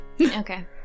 Okay